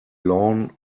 lawn